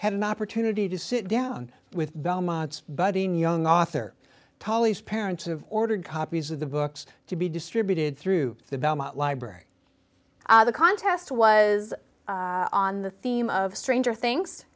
had an opportunity to sit down with belmont buddying young author tolley's parents and ordered copies of the books to be distributed through the belmont library the contest was on the theme of stranger things